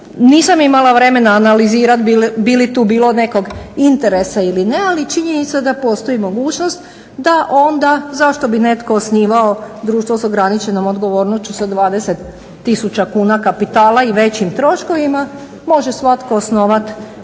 Nisam imala vremena analizirat bi li tu bilo nekog interesa ili ne, ali činjenica da postoji mogućnost da onda, zašto bi netko osnivao društvo sa ograničenom odgovornošću sa 20000 kuna kapitala i većim troškovima. Može svatko osnovat